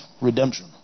redemption